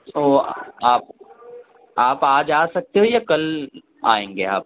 تو آپ آپ آج آ سکتے ہو یا کل آئیں گے آپ